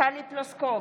טלי פלוסקוב,